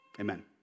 Amen